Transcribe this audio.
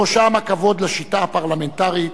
בראשם הכבוד לשיטה הפרלמנטרית,